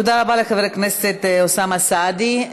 תודה רבה לחבר הכנסת אוסאמה סעדי.